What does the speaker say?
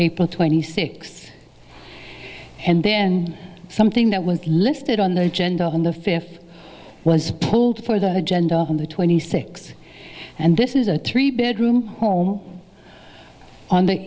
april twenty sixth and then something that was listed on the agenda on the fifth was pulled for the agenda on the twenty six and this is a three bedroom home